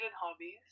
Hobbies